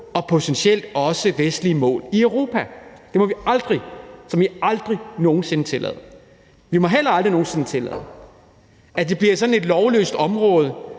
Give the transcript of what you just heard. og potentielt også vestlige mål i Europa. Det må vi aldrig som i aldrig nogen sinde tillade. Vi må heller aldrig nogen sinde tillade, at det bliver sådan et lovløst område,